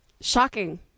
shocking